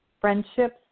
friendships